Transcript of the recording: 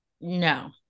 no